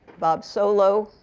bob solow,